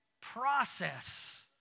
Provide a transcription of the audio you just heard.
process